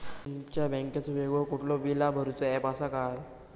तुमच्या बँकेचो वेगळो कुठलो बिला भरूचो ऍप असा काय?